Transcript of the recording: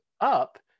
up